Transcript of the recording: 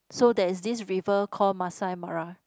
so there is this river call Masai-Mara